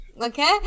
Okay